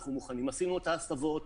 עשינו את ההסבות,